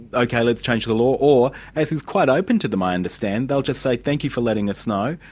ok let's change the law' or, as is quite open to them i understand, they'll just say, thank you for letting us know.